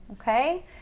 Okay